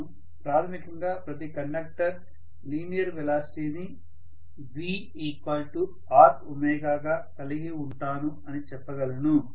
నేను ప్రాథమికంగా ప్రతి కండక్టర్ లీనియర్ వెలాసిటీని vr గా కలిగి ఉంటాను అని చెప్పగలను